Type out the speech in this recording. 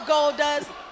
Goldust